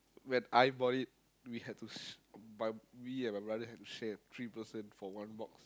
when I bought it we had to s~ my me and my brother had to share three person for one box